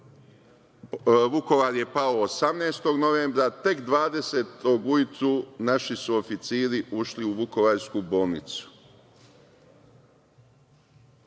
Vukovar je pao 18. novembra, a tek 20. ujutru naši su oficiri ušli u vukovarsku